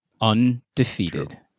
Undefeated